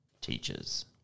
teachers